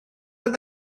oedd